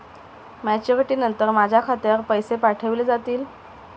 Maturity नंतर माझ्या खात्यावर पैसे पाठविले जातील?